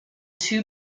two